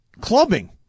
clubbing